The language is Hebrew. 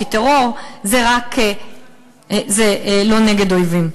כי טרור זה לא נגד אויבים.